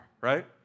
right